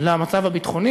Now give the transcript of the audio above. כלשהו למצב הביטחוני.